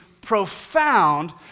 profound